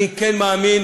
אני כן מאמין